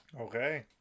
Okay